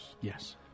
Yes